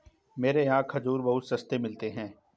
मेरे यहाँ खजूर बहुत सस्ते मिलते हैं